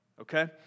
Okay